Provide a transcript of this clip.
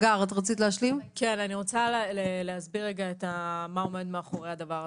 אני רוצה להסביר מה עומד מאחורי הדבר הזה.